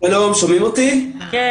באופן מיידי את עניין